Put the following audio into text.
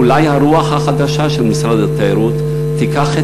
אולי הרוח החדשה של משרד התיירות תיקח את